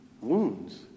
wounds